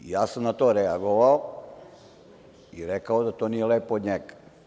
Ja sam na to reagovao i rekao da to nije lepo od njega.